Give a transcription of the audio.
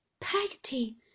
Peggy